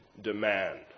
demand